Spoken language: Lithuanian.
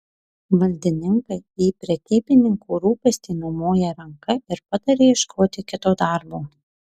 valdininkai į prekybininkų rūpestį numoja ranka ir pataria ieškoti kito darbo